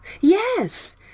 Yes